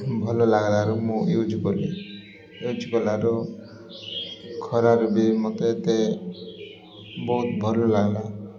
ଭଲ ଲାଗିଲାରୁ ମୁଁ ୟୁଜ୍ କଲି ୟୁଜ୍ କଲାରୁ ଖରାରୁ ବି ମୋତେ ଏତେ ବହୁତ ଭଲ ଲାଗିଲା